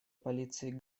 полиции